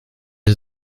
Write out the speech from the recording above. are